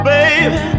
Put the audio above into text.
Baby